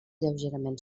lleugerament